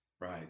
Right